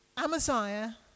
Amaziah